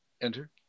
Enter